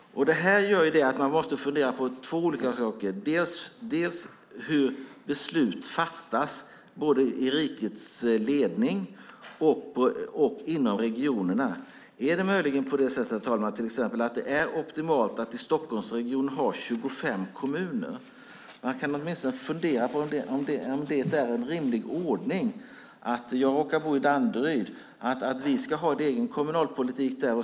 Det gör att man måste fundera på två olika saker. Det handlar om hur beslut fattas både i rikets ledning och inom regionerna. Är det möjligen på det sättet, herr talman, att det till exempel är optimalt att i Stockholmsregionen ha 25 kommuner? Man får fundera på att det är rimlig ordning. Jag råkar bo i Danderyd. Där ska vi ha en kommunalpolitik.